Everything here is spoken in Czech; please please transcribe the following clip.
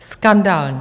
Skandální!